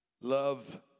Love